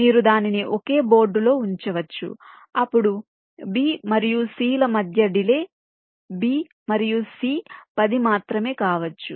మీరు దానిని ఒకే బోర్డులో ఉంచవచ్చు అప్పుడు B మరియు C ల మధ్య డిలే B మరియు C 10 మాత్రమే కావచ్చు